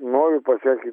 noriu pasveikint